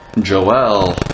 Joel